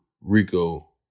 Rico